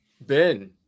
Ben